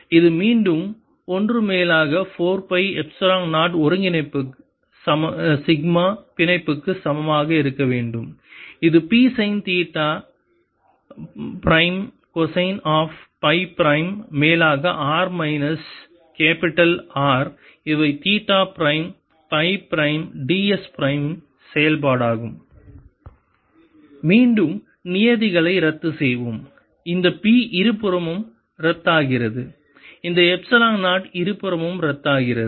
இது மீண்டும் 1 மேலாக 4 பை எப்சிலன் 0 ஒருங்கிணைப்பு சிக்மா பிணைப்புக்கு சமமாக இருக்க வேண்டும் இது p sine theta prime cosine of psi prime மேலாக r மைனஸ் கேப்பிட்டல் R இவை theta prime psi prime ds prime செயல்பாடாகும் VrP30xCP30rsinθcosϕC14π0Psincosϕ|r R|ds மீண்டும் நியதிகளை ரத்து செய்வோம் இந்த P இருபுறமும் ரத்தாகிறது இந்த எப்சிலன் 0 இருபுறமும் ரத்தாகிறது